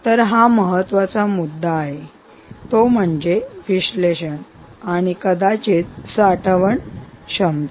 तर हा महत्त्वाचा मुद्दा आहे तो म्हणजे विश्लेषण आणि कदाचित साठवण क्षमता